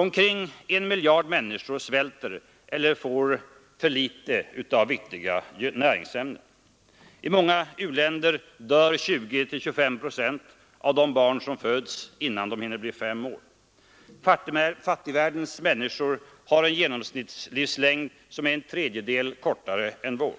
Omkring en miljard människor svälter eller får för litet av viktiga näringsämnen. I många u-länder dör 20—25 procent av de barn som föds, innan de hinner bli fem år gamla. Fattigvärldens människor har en genomsnittslivslängd som är en tredjedel kortare än vår.